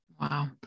Wow